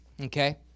Okay